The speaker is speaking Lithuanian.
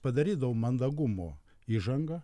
padarydavo mandagumo įžangą